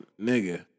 nigga